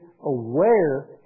aware